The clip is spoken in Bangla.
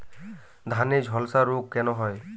ধানে ঝলসা রোগ কেন হয়?